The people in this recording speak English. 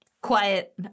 quiet